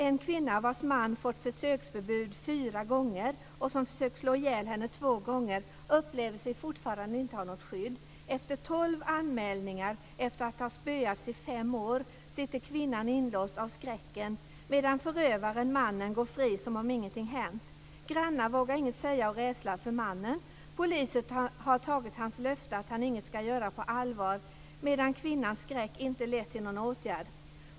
En kvinna, vars man fått besöksförbud fyra gånger och som försökt slå ihjäl henne två gånger, upplever sig fortfarande inte ha något skydd. Efter tolv anmälningar och efter att ha spöats i fem år sitter kvinnan inlåst av skräcken, medan förövaren, mannen, går fri som om ingenting hänt. Grannar vågar inget säga av rädsla för mannen. Polisen har tagit hans löfte att han inget ska göra på allvar, medan kvinnans skräck inte lett till någon åtgärd.